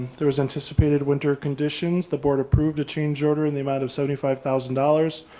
there was anticipated winter conditions, the board approved a change order and the amount of seventy five thousand dollars,